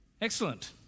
Excellent